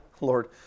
Lord